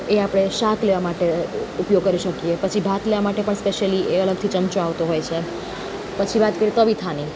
એ આપણે શાક લેવા માટે ઉપયોગ કરી શકીએ પછી ભાત લેવા માટે પણ સ્પેશ્યલી એ અલગથી ચમચા આવતો હોય છે પછી વાત કરીએ તવિથાની